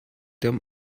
them